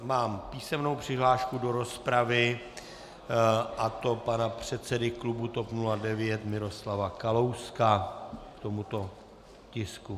Mám písemnou přihlášku do rozpravy, a to pana předsedy klubu TOP 09 Miroslava Kalouska k tomuto tisku.